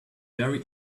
very